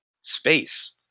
space